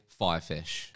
Firefish